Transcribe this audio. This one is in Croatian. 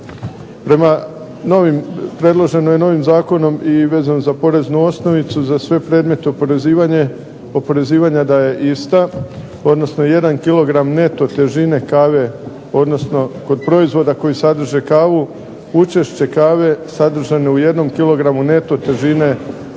proizvođača. Predloženo je novim zakonom i vezano za poreznu osnovicu za sve predmete oporezivanja da je ista, odnosno 1 kg neto težine kave odnosno kod proizvoda koji sadrže kavu učešće kave sadržano u 1 kg neto težine